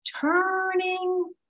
turning